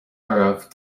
oraibh